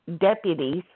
deputies